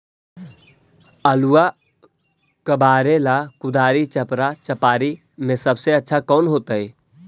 आलुआ कबारेला कुदारी, चपरा, चपारी में से सबसे अच्छा कौन होतई?